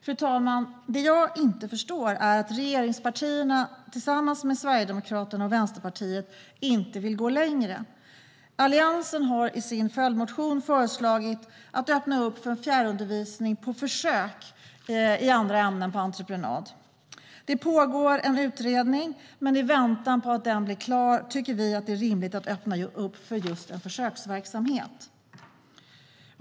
Fru talman! Det jag inte förstår är att regeringspartierna tillsammans med Sverigedemokraterna och Vänsterpartiet inte vill gå längre. Alliansen har i sin följdmotion föreslagit att på försök öppna upp för fjärrundervisning i andra ämnen på entreprenad. Det pågår en utredning, men i väntan på att den blir klar tycker vi att det är rimligt att öppna upp för just en försöksverksamhet.